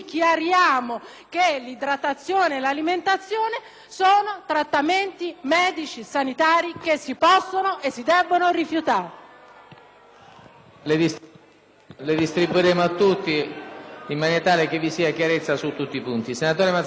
che l'idratazione e l'alimentazione sono trattamenti medici sanitari che si possono e si debbono poter rifiutare.